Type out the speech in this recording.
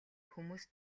хүмүүс